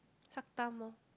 suck thumb lor